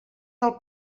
del